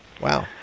Wow